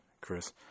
Chris